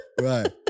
Right